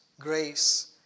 grace